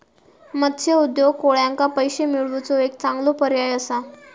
मत्स्य उद्योग कोळ्यांका पैशे मिळवुचो एक चांगलो पर्याय असा